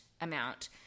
amount